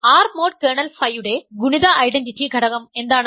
R mode kernel ഫൈയുടെ ഗുണിത identity ഘടകം എന്താണ്